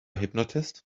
hypnotist